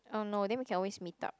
!oh no! then we can always meet up